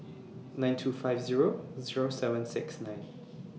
nine two five Zero Zero seven six nine